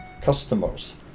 customers